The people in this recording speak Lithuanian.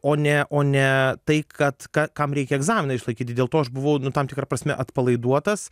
o ne o ne tai kad ka kam reikia egzaminui išlaikyti dėl to aš buvau tam tikra prasme atpalaiduotas